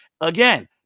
Again